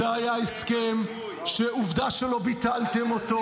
זה היה הסכם שעובדה שלא ביטלתם אותו.